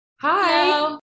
hi